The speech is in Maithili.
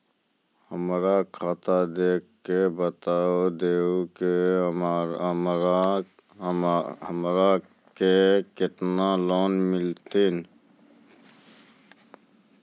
हमरा खाता देख के बता देहु के हमरा के केतना लोन मिलथिन?